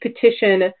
petition